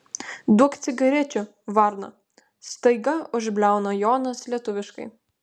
duok cigarečių varna staiga užbliauna jonas lietuviškai